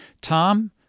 Tom